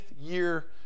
year